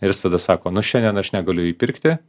ir jis tada sako nu šiandien aš negaliu įpirkti